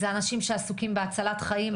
זה אנשים שעסוקים בהצלת חיים,